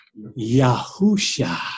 Yahusha